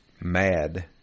mad